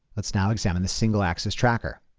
let's now examine the single-axis tracker.